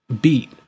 beat